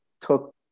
took